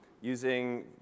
using